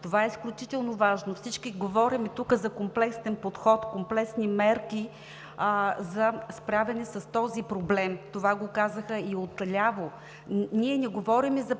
Това е изключително важно! Всички тук говорим за комплексен подход, комплексни мерки за справяне с този проблем – това го казаха и отляво, не говорим за